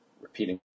repeating